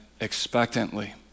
expectantly